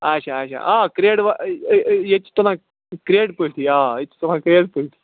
اچھا اچھا آ کرٛیڈ وا ییٚتہِ چھِ تُلان کرٛیڈ پٲٹھی آ ییٚتہِ چھِ تُلان کرٛیڈ پٲٹھی